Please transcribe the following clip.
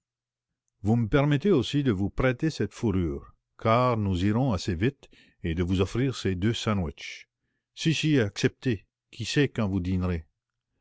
vous me permettrez aussi de vous prêter cette fourrure car nous irons assez vite et de vous offrir ces deux sandwiches si si acceptez qui sait quand vous dînerez